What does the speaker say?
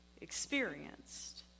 experienced